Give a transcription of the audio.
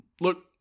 look